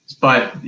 but,